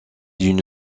d’une